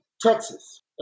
Texas